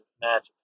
magic